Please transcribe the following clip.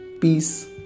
Peace